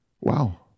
Wow